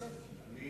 אני